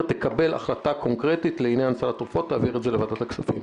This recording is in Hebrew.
תקבל החלטה קונקרטית לעניין סל התרופות להעביר את זה לוועדת הכספים.